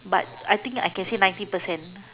but I think I can say ninety percent